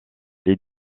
les